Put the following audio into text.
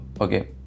Okay